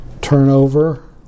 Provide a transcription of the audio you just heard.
turnover